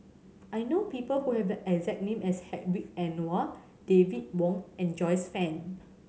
I know people who have the exact name as Hedwig Anuar David Wong and Joyce Fan